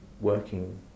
working